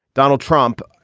donald trump,